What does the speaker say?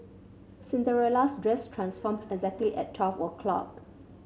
Cinderella's dress transformed exactly at twelve o' clock